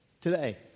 today